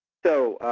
so,